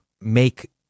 make